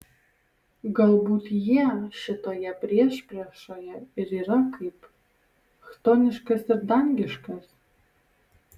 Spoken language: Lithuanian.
galbūt jie šitoje priešpriešoje ir yra kaip chtoniškas ir dangiškas